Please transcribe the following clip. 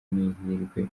n’ihirwe